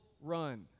run